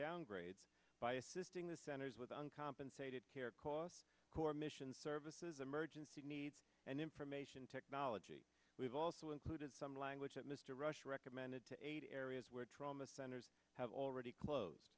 downgrades by assisting the centers with uncompensated care costs who are mission services emergency needs and information technology we've also included some language that mr rush recommended to eight areas where trauma centers have already closed